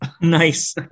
Nice